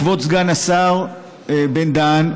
כבוד סגן השר בן-דהן,